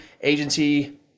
Agency